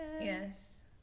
Yes